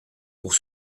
pour